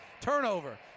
Turnover